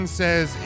says